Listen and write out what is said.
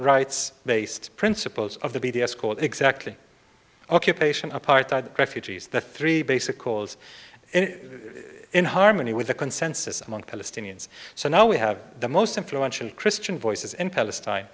rights based principles of the b d s called exactly occupation apartheid refugees the three basic chords is in harmony with a consensus among palestinians so now we have the most influential christian voices in palestine